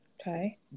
okay